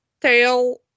tail